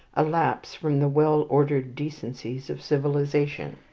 a lapse from the well-ordered decencies of civilization.